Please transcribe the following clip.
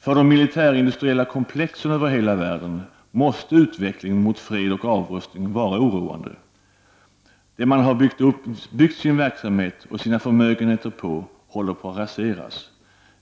För de militärindustriella komplexen över hela världen måste utvecklingen mot fred och avrustning vara oroande. Det man har byggt sin verksamhet och sina förmögenheter på håller på att raseras.